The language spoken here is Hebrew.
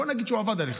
בוא נגיד שהוא עבד עליך,